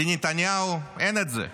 לנתניהו אין את זה.